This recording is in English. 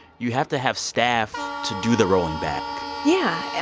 you have to have staff to do the rolling back yeah.